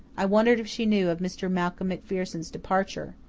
i wondered if she knew of mr. malcolm macpherson's departure.